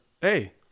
hey